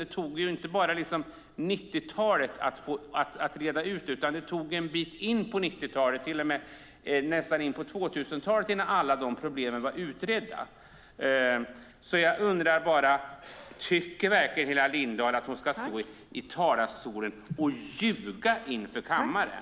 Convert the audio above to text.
Det tog inte bara 90-talet att reda ut det, utan vi var nästan inne på 00-talet innan alla de problemen var utredda. Tycker verkligen Helena Lindahl att hon ska stå i talarstolen och ljuga inför kammaren?